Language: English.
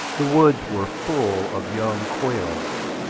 the woods were full of young quails,